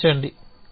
క్షమించండి